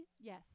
Yes